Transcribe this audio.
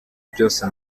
byose